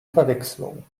verwechslung